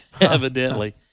evidently